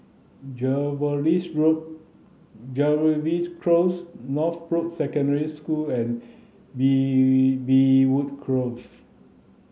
Jervois Road Jervois Close Northbrooks Secondary School and Bee Beechwood Grove